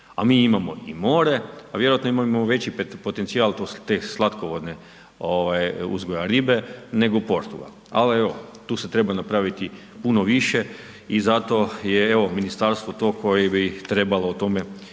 a mi imamo i more, a vjerojatno imamo veći potencijal te slatkovodne ovaj uzgoja ribe nego Portugal. Al evo, tu se treba napraviti puno više i zato je evo ministarstvo to koje bi i trebalo o tome još dati